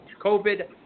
COVID